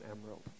emerald